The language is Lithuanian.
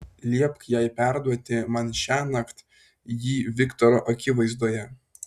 liepk jai perduoti man šiąnakt jį viktoro akivaizdoje